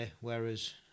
whereas